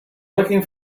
looking